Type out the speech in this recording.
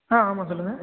ஆ ஆமாம் சொல்லுங்க